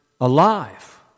alive